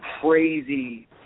crazy